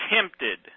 tempted